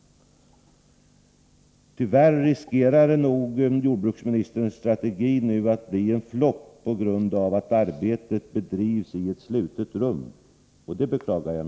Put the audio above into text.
Tyvärr riskerar jordbruksministerns strategi nu att bli en flopp på grund av att arbetet bedrivs i ett slutet rum, vilket jag beklagar mycket.